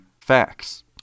facts